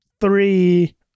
three